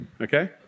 Okay